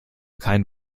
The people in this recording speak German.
kein